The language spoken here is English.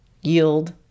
yield